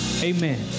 amen